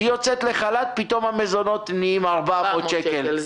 אולם כשהיא יוצאת לחל"ת פתאום המזונות נהיים 400 שקל.